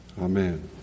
Amen